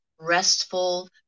restful